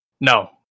No